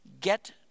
get